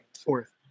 Fourth